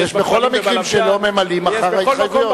יש בכל המקרים שלא ממלאים אחר ההתחייבויות.